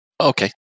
okay